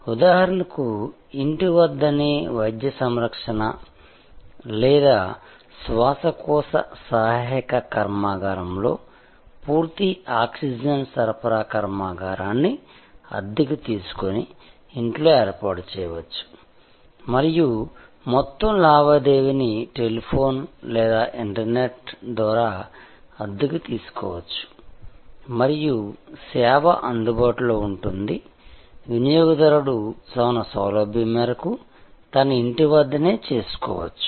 ఉదాహరణకు ఇంటి వద్ద నే వైద్య సంరక్షణ లేదా శ్వాసకోశ సహాయక కర్మాగారంలో పూర్తి ఆక్సిజన్ సరఫరా కర్మాగారాన్ని అద్దెకు తీసుకొని ఇంట్లో ఏర్పాటు చేయవచ్చు మరియు మొత్తం లావాదేవీని టెలిఫోన్ లేదా ఇంటర్నెట్ ద్వారా అద్దెకు తీసుకోవచ్చు మరియు సేవ అందుబాటులో ఉంటుంది వినియోగదారుడు తన సౌలభ్యం మేరకు తన ఇంటి వద్ద నే చేసుకోవచ్చు